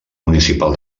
municipal